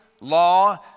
law